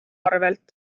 arvelt